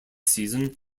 season